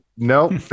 Nope